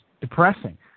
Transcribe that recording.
depressing